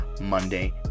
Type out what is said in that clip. Monday